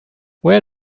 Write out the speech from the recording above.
where